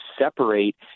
separate